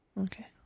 Okay